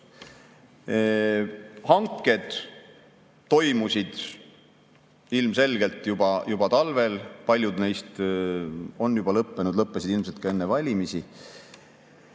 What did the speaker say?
Hanked toimusid ilmselgelt juba talvel, paljud neist on lõppenud, lõppesid ilmselt ka enne valimisi.